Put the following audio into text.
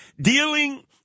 dealing